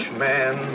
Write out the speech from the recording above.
man